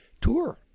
tour